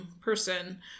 person